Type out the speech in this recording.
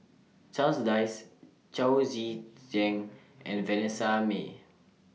Charles Dyce Chao Tzee Cheng and Vanessa Mae